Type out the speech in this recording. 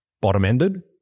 bottom-ended